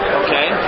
okay